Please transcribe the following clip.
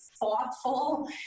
thoughtful